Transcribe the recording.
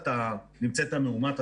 אתה נמצאת מאומת.